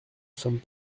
sommes